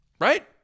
Right